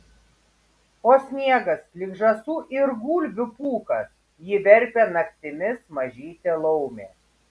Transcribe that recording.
o sniegas lyg žąsų ir gulbių pūkas jį verpia naktimis mažytė laumė